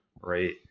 Right